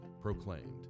proclaimed